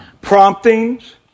promptings